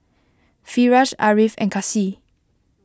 Firash Ariff and Kasih